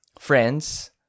friends